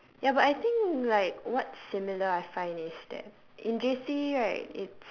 ya but I think like what's similar I find is that in J_C right it's